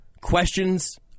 questions